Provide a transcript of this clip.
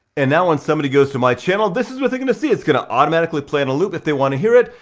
and now when somebody goes to my channel, this is what they're gonna see. it's gonna automatically play on a loop, if they wanna hear it,